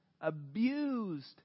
abused